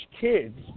kids